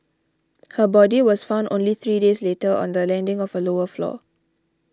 her body was found only three days later on the landing of a lower floor